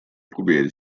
probeerde